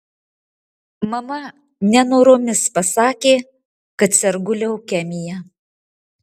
mama nenoromis pasakė kad sergu leukemija